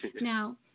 Now